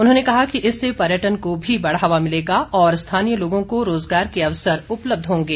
उन्होंने कहा कि इससे पर्यटन को भी बढ़ावा मिलेगा और स्थानीय लोगों को स्वरोजगार के अवसर उपलब्ध होंगे